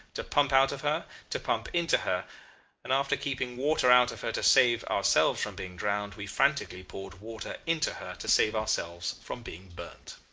to pump out of her, to pump into her and after keeping water out of her to save ourselves from being drowned, we frantically poured water into her to save ourselves from being burnt.